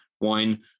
wine